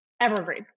evergreen